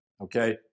Okay